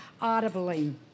audibly